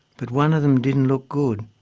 but one of them didn't look good.